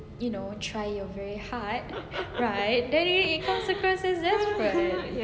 you know try your very hard right then it that case becomes desperate